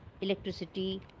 electricity